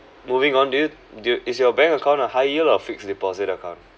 moving on dude dude is your bank account a high yield or fixed deposit account